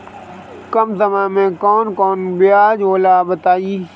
कम समय में कौन कौन सब्जी होला बताई?